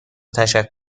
تشکر